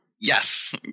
Yes